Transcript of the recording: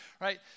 right